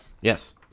Yes